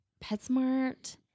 PetSmart